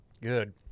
Good